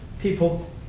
people